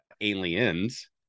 aliens